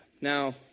Now